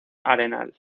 arenal